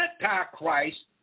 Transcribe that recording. Antichrist